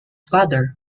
father